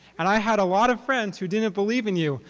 and i had a lot of friends who didn't believe in you.